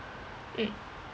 mm